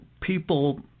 people